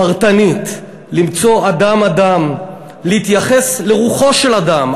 פרטנית, למצוא אדם-אדם, להתייחס לרוחו של אדם.